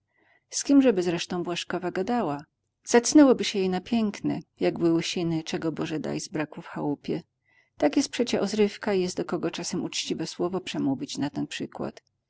z kimżeby zresztą błażkowa gadała zacnęłoby się jej na piekne jakby łysiny czego boże nie daj zbrakło w chałupie tak jest przecie ozrywka i jest do kogo czasem uczciwe słowo przemówić na ten przykład